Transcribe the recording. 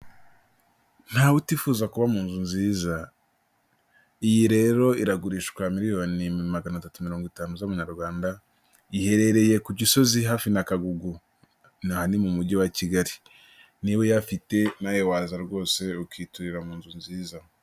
Ntawe utifuza kuba mu nzu nziza, iyi rero iragurishwa miriyoni magana atatu mirongo itanu z'Amanyarwanda, iherereye ku Gisozi hafi na Kagugu, aha ni mu mugi wa Kigali, niba uyafite nawe waza rwose ukiturira mu nzu nziza.